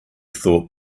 thought